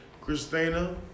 Christina